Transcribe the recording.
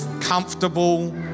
comfortable